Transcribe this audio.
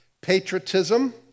patriotism